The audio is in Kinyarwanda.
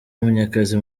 munyakazi